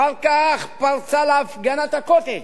אחר כך פרצה לה הפגנת ה"קוטג'",